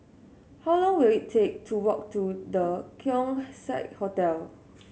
how long will it take to walk to The Keong Saik Hotel